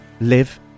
live